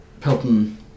Pelton